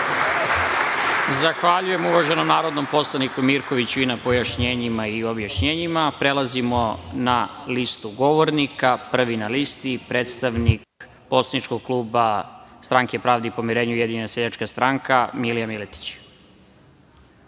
Zahvaljujem uvaženom narodnom poslaniku Mirkoviću na pojašnjenjima i na objašnjenjima. Prelazimo na listu govornika. Prvi na listi je predstavnik poslaničkog kluba Stranke pravde i pomirenja – Ujedinjena seljačka stranka, Milija